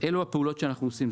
אלו הפעולות שאנחנו עושים,